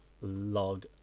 log